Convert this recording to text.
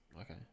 okay